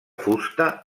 fusta